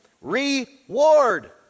reward